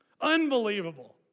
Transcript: Unbelievable